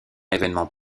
évènement